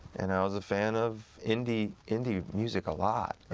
and i was a fan of indie indie music a lot,